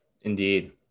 Indeed